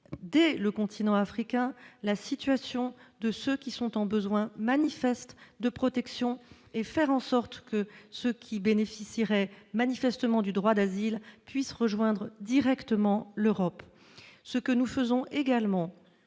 sur le continent africain lui-même, la situation de ceux qui ont un besoin évident de protection, afin que ceux qui bénéficieraient manifestement du droit d'asile puissent rejoindre directement l'Europe. Ce que nous faisons également